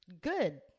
good